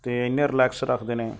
ਅਤੇ ਇੰਨੇ ਰਿਲੈਕਸ ਰੱਖਦੇ ਨੇ